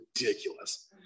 ridiculous